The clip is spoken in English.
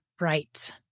Right